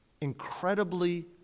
Incredibly